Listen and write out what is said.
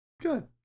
Good